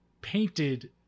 painted